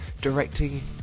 directing